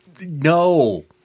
No